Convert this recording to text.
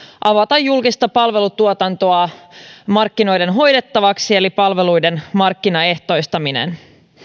avata julkista palvelutuotantoa markkinoiden hoidettavaksi eli palveluiden markkinaehtoistaminen